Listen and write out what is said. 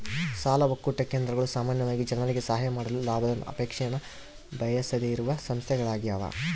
ಸಾಲ ಒಕ್ಕೂಟ ಕೇಂದ್ರಗಳು ಸಾಮಾನ್ಯವಾಗಿ ಜನರಿಗೆ ಸಹಾಯ ಮಾಡಲು ಲಾಭದ ಅಪೇಕ್ಷೆನ ಬಯಸದೆಯಿರುವ ಸಂಸ್ಥೆಗಳ್ಯಾಗವ